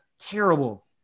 terrible